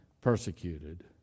persecuted